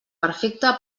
perfecta